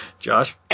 Josh